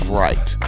right